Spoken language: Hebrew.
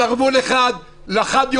שרוול אחד לחד-יומיים